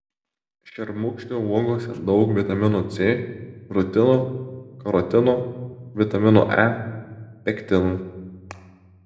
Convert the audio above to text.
šermukšnio uogose daug vitamino c rutino karotino vitamino e pektinų